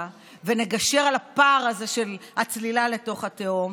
ונגשר על הפער הזה של הצלילה לתוך התהום,